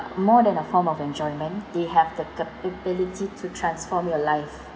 more than a form of enjoyment they have the the capability to transform your life